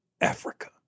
Africa